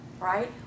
Right